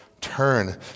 Turn